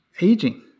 aging